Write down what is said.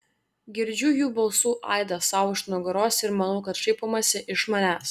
girdžiu jų balsų aidą sau už nugaros ir manau kad šaipomasi iš manęs